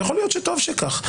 ויכול להיות שטוב כך.